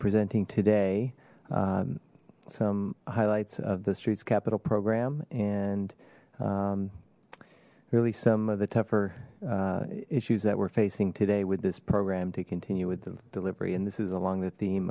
presenting today some highlights of the streets capital program and really some of the tougher issues that we're facing today with this program to continue with the delivery and this is along the theme